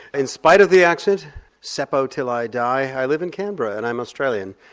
in spite of the accent seppo till i die, i live in canberra and i'm australian.